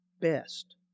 best